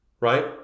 right